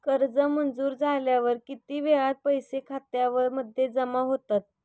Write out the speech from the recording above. कर्ज मंजूर झाल्यावर किती वेळात पैसे खात्यामध्ये जमा होतात?